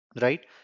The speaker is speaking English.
right